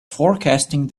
forecasting